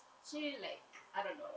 actually like I don't know